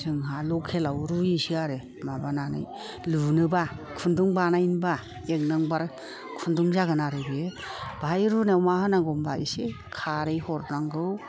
जोंहा लकेलाव रुयोसो आरो माबानानै लुनोबा खुन्दुं बानायनोबा एक नाम्बार खुन्दुं जागोन आरो बियो बाहाय रुनायाव मा होनांगौ होनोबा बाहाय एसे खारै हरनांगौ